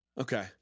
Okay